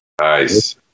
nice